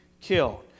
killed